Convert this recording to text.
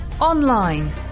online